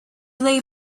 lay